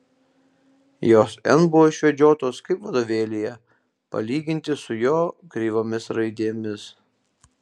jos n buvo išvedžiotos kaip vadovėlyje palyginti su jo kreivomis raidėmis